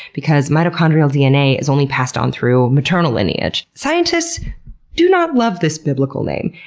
because mitochondrial dna is only passed on through maternal lineage. scientists do not love this biblical name,